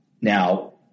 now